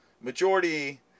majority